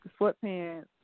sweatpants